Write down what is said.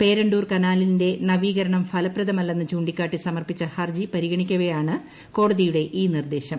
പേരണ്ടൂർ കനാലിന്റെ നവീകരണം ഫലപ്രദമല്ലെന്ന് ചൂണ്ടിക്കാട്ടി സമർപ്പിച്ച ഹർജി പരിഗണിക്കവേയാണ് കോടതിയുടെ ഈ നിർദ്ദേശം